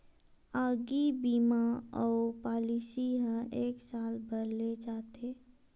आगी बीमा अउ पॉलिसी ह एक साल बर ले जाथे